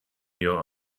your